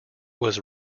was